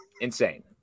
Insane